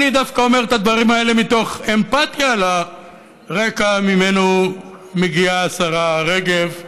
אני דווקא אומר את הדברים האלה מתוך אמפתיה לרקע שממנו מגיעה השרה רגב,